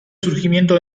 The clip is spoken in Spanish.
surgimiento